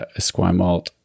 Esquimalt